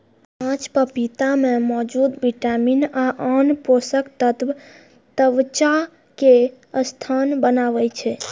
कांच पपीता मे मौजूद विटामिन आ आन पोषक तत्व त्वचा कें स्वस्थ बनबै छै